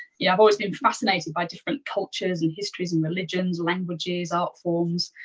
yeah, i've always been fascinated by different cultures and histories and religions, languages, art forms,